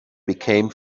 became